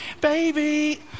baby